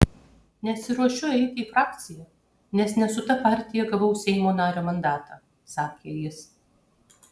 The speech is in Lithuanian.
nesiruošiu eiti į frakciją nes ne su ta partija gavau seimo nario mandatą sakė jis